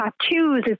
tattoos